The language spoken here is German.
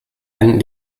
enden